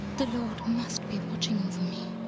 the lord must be watching over